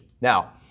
Now